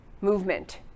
movement